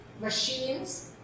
machines